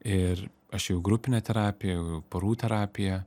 ir aš ėjau į grupinę terapiją porų terapiją